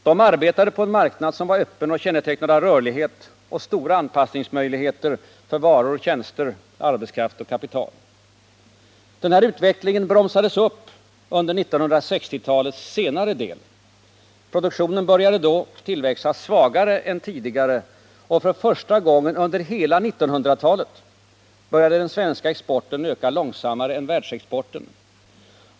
De verkade på en marknad som var öppen och kännetecknad av rörlighet och stora anpassningsmöjligheter för varor, tjänster, arbetskraft och kapital. Denna utveckling bromsades upp under 1960-talets senare del. Produktionen började då tillväxa svagare än tidigare. För första gången under hela 1900-talet började den svenska exporten öka långsammare än världsexporten.